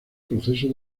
proceso